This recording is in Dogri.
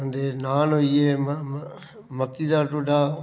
ते नान होई गे मक्की दा ढोडा